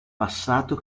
passato